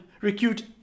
recruit